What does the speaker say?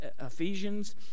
Ephesians